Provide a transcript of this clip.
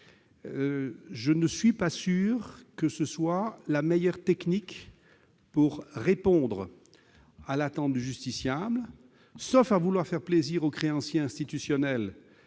Je ne suis pas sûr que ce soit la meilleure technique pour répondre à l'attente du justiciable, sauf à vouloir faire plaisir aux créanciers institutionnels